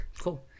Cool